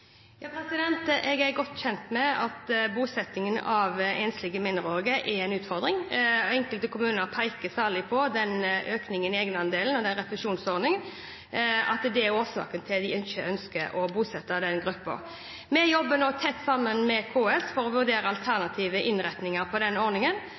Jeg er godt kjent med at bosettingen av enslige mindreårige er en utfordring. Enkelte kommuner peker særlig på økningen i egenandelen og refusjonsordningen og at det er årsaken til at de ikke ønsker å bosette denne gruppen. Vi jobber nå tett sammen med KS for å vurdere alternative innretninger på ordningen,